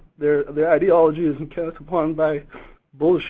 their their ideology isn't cast upon by bull